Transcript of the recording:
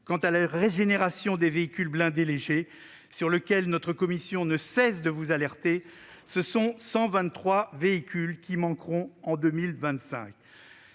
Quant à la régénération des véhicules blindés légers, notre commission ne cesse de vous alerter : ce sont 123 véhicules qui manqueront en 2025